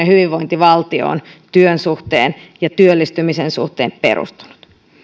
hyvinvointivaltio on työn suhteen ja työllistymisen suhteen perustunut